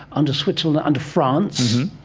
under switzerland, under france.